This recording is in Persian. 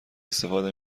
استفاده